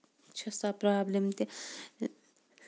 چھُ سۄ بروبلِم تہِ